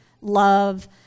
love